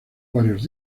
varios